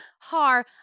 Har